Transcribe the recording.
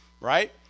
Right